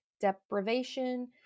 deprivation